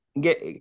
get